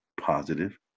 positive